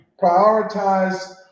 prioritize